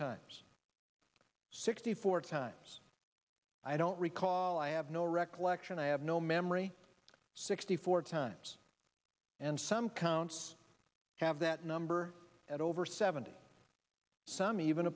times sixty four times i don't recall i have no recollection i have no memory sixty four times and some counts have that number at over seventy some even